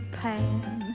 pan